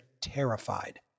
terrified